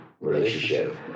relationship